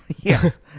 Yes